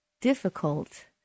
difficult